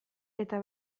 eta